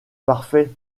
parfait